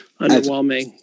underwhelming